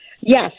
Yes